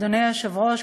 אדוני היושב-ראש,